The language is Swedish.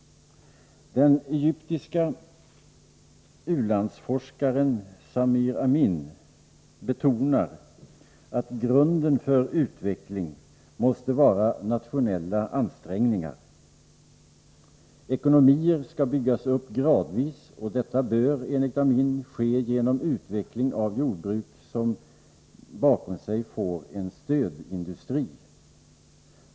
Den egyptiske u-landsforskaren Samir Amin betonar att grunden för utveckling måste vara nationella ansträngningar. Ekonomier skall byggas upp gradvis, och detta bör, enligt Amin, ske genom utveckling av jordbruk som bakom sig får en stödindustri.